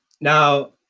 Now